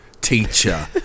teacher